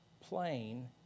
plain